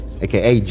aka